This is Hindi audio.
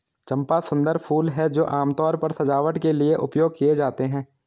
चंपा सुंदर फूल हैं जो आमतौर पर सजावट के लिए उपयोग किए जाते हैं